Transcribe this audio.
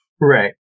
Right